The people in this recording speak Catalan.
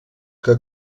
que